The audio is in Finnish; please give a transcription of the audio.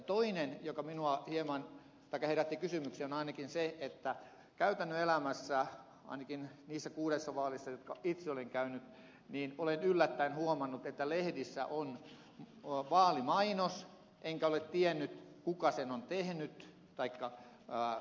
toinen asia joka herätti kysymyksiä on ainakin se että käytännön elämässä ainakin niissä kuudessa vaalissa jotka itse olen käynyt olen yllättäen huomannut että lehdissä on vaalimainos enkä ole tiennyt kuka sen on tehnyt taikka kustantanut